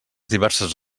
diverses